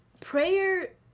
prayer